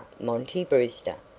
monty brewster.